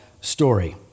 story